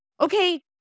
okay